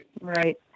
Right